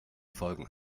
folgen